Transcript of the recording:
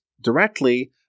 directly